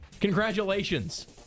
Congratulations